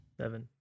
Seven